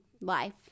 life